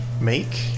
Make